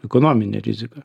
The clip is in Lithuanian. ekonominė rizika